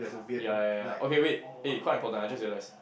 ya ya ya okay wait eh quite important I just realise